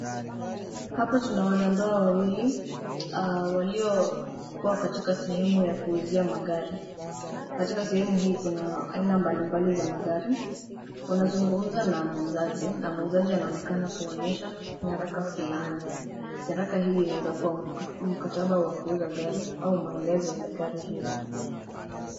Hapa tunaona ndoa wawili waliokuwa katika sehemu ya kuuzia magari. Katika sehemu hii kuna aina mbalimbali za magari. Wanazungumza na muuzaji na muuzaji anaonekana kuwaonesha nyaraka fulani. Nyaraka hii inaweza kuwa mkataba wa kuuza gari au maelezo ya gari hilo.